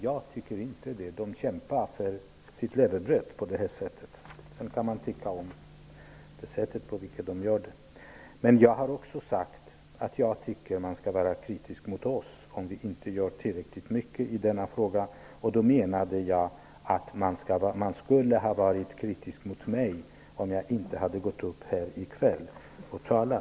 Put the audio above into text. De kämpar för sitt levebröd på det sättet. Sedan kan man tycka vad man vill om det sätt på vilket det görs. Jag har också sagt att jag tycker att man skall vara kritisk mot oss om vi inte gör tillräckligt mycket i denna fråga. Jag menar då att man skulle ha varit kritisk mot mig om jag inte hade gått upp i debatten här i kväll.